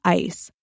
ice